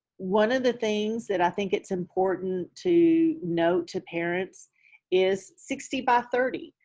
one of the things that i think it's important to note to parents is sixty by thirty,